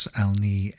alni